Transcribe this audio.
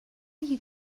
you